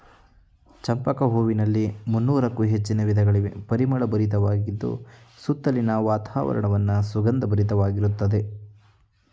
ಚಂಪಕ ಹೂವಿನಲ್ಲಿ ಮುನ್ನೋರಕ್ಕು ಹೆಚ್ಚಿನ ವಿಧಗಳಿವೆ, ಪರಿಮಳ ಭರಿತವಾಗಿದ್ದು ಸುತ್ತಲಿನ ವಾತಾವರಣವನ್ನು ಸುಗಂಧ ಭರಿತವಾಗಿರುತ್ತದೆ